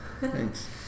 Thanks